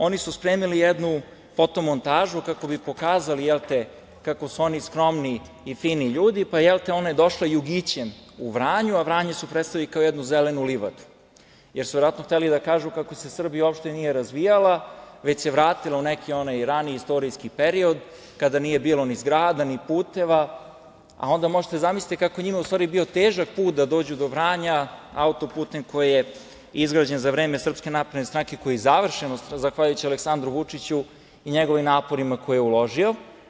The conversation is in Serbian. Oni su spremili jednu fotomontažu kako bi pokazali kako su oni skromni i fini ljudi, pa je ona došla jugićem u Vranje, a Vranje su predstavili kao jednu zelenu livadu, jer su verovatno hteli da kažu kako se Srbija uopšte nije razvijala, već se vratila u neki raniji istorijski period kada nije bilo ni zgrada, ni puteva, a onda možete da zamislite kako je njima u stvari bio težak put da dođu do Vranja autoputem koji je izgrađen za vreme SNS, koji je završen zahvaljujući Aleksandru Vučiću i njegovim naporima koje je uložio.